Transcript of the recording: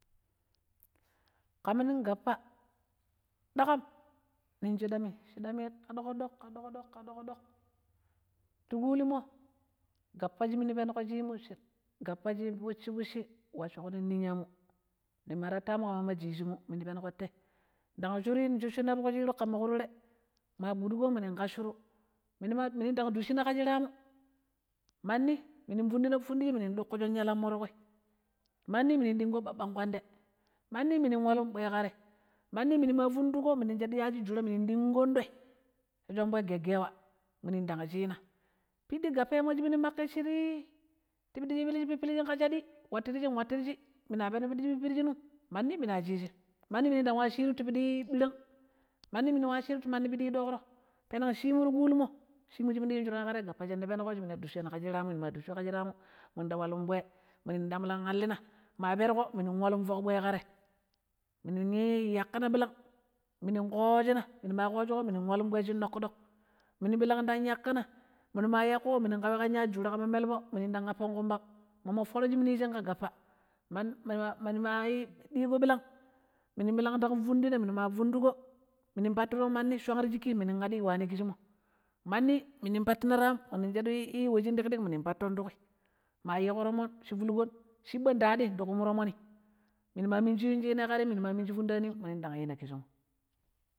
﻿ƙam ning gappa ɗaƙam nog shiɗamii, shiɗami ƙa ɗoƙ-ɗoƙ ƙa ɗoƙ-ɗoƙ, ti ƙuliimmo gappa shi minu penƙo shi gappa shi fucci-fucci wuccoƙu ning niyyanmu ning majijiimu minu penuƙo te ndang shurii mɓusshina ti ƙui shiruk ƙan ƙu turee, gbuduko minu ƙaccoru, minu ndang duccina ƙa shira mu, manni minu fundina fundishi minu ɗiɣkon yalamti ƙui, manni minuɗinƙon ɓaɓɓək kpanɗe, manni minu ta walun ɓwe ƙa te, manni minu ma ɗiŋƙiƙominun ndang shadu yashii jura minu ndang teɗon tei sha shomboi geggewa minu ndang china, piɗɗi gappai piɗɗi gappai shi minu pippilchi ti pidi pippilani ƙa chaɗi wattirshin-wattirshi minu peno piɗi shi wattirshinum manni minua chicim, mann inu wa chiru tiƙuram ɓirang manni minu nwa chiru ti manni piɗi ɗoƙro peneg simu ti kulimmo gappa shinna peneg ƙo minda gɓucchani ƙa shira muminu ma gɓuccuƙo ka shiramu minu ta walun ɓwe minu ndang la allinaa ma perƙo minun walun foƙ ɓwe ka te minui yaƙƙina ɓirang, minu ƙoccho ƙui minu ma ƙoccho ƙo minun walun ɓwe shin nogƙuɗoƙ, minu ɓirag ndang yəƙƙinaminu ma. yaƙƙuƙo minun ndang yun yashii jura ƙan melbo minu ndang appon ƙumbam, ummo foro shi minu yishi ƙa gappa. minu ma ɗiƙo ɓirang minuɓirang ang fundina minu ma funduƙo minu patturon manni scwang ti chikki minu ndang aɗi wani kisshimmo, manniminu pattina ta aam minu shadu we shin ɗiƙ-ɗiƙ minu patton to ƙui ma yiƙo tomon shi fulƙon chiɓɓan ndi aɗii ndi kuma tomonni minuma minjii yun china ƙa tem minu ndang yina kishmo.